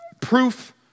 proof